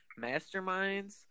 Masterminds